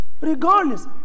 Regardless